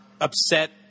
upset